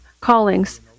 callings